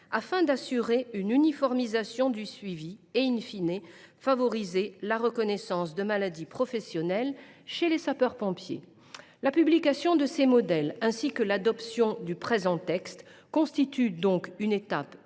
afin d’assurer une uniformisation du suivi et,, de favoriser la reconnaissance de maladies professionnelles pour les sapeurs pompiers. La publication de ces modèles et l’adoption du présent texte constituent donc une étape